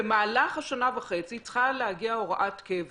במהלך השנה וחצי צריכה להגיע הוראת קבע.